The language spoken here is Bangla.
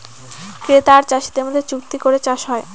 ক্রেতা আর চাষীদের মধ্যে চুক্তি করে চাষ হয়